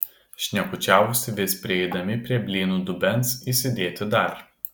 šnekučiavosi vis prieidami prie blynų dubens įsidėti dar